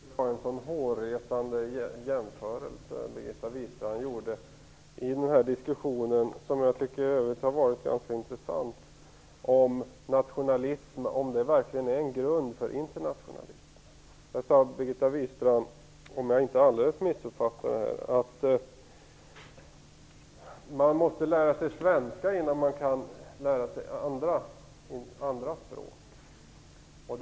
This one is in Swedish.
Fru talman! Jag tänkte bara kommentera Birgitta Wistrands inlägg, eftersom jag tyckte att hennes jämförelse i den här diskussionen var hårresande. I övrigt har det varit en ganska intressant diskussion, om nationalism verkligen är en grund för internationalism. Birgitta Wistrand sade, om jag inte helt missuppfattade henne, att man måste lära sig svenska innan man kan lära sig andra språk.